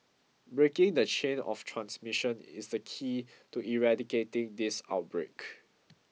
breaking the chain of transmission is the key to eradicating this outbreak